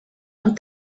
amb